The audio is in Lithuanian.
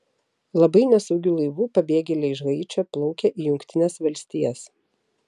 labai nesaugiu laivu pabėgėliai iš haičio plaukia į jungtines valstijas